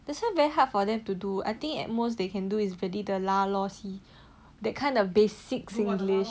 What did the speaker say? that's why very hard for them to do I think at most they can do is really the lah lor that kind of basic singlish